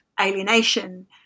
alienation